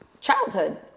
childhood